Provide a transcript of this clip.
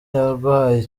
yarwaye